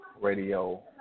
Radio